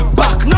back